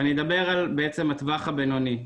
ואני אדבר בעצם על הטווח הבינוני.